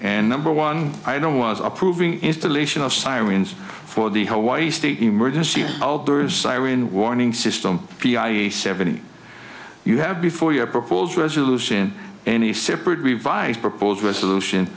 and number one i don't was approving installation of sirens for the hawaii state emergency shelters siren warning system p i a seventy you have before your proposed resolution any separate revised proposed resolution